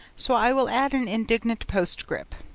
so i will add an indignant postscript.